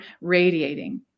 radiating